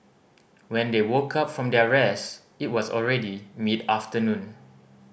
when they woke up from their rest it was already mid afternoon